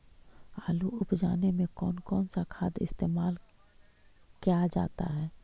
आलू उप जाने में कौन कौन सा खाद इस्तेमाल क्या जाता है?